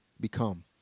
become